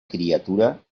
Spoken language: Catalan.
criatura